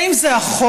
האם זה החוק,